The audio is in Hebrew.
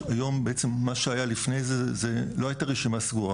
מה שהיה לפני כן לא הייתה רשימה סגורה,